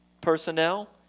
personnel